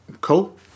cool